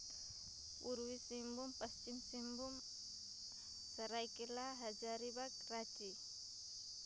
Purbi Singhbhum Paschim Singhbhum Seraikela Hazaribagh Ranchi